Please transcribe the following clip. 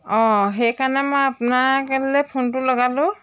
অঁ সেইকাৰণে মই আপোনালৈ ফোনটো লগালোঁ